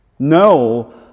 No